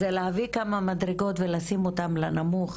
זה להביא כמה מדרגות ולשים אותם לנמוך,